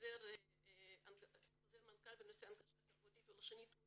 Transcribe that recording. חוזר מנכ"ל בנושא הנגשה תרבותית ולשונית הוא